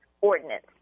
ordinance